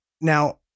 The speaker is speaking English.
now